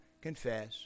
confess